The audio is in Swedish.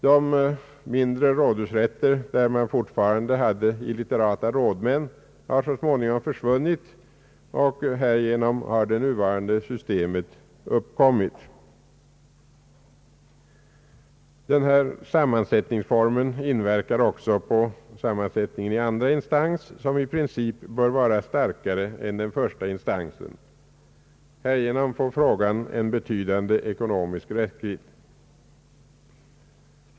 De mindre rådhusrätter, där man fortfarande hade illitterata rådmän, har så småningom försvunnit, och därigenom har det nuvarande systemet uppkommit. Denna sammansättningsform inverkar också på sammansättningen i andra instans, som i princip bör vara starkare än den första instansen. Härigenom får frågan en betydande ekonomisk räckvidd.